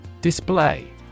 Display